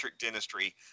dentistry